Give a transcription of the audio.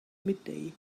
midday